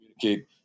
communicate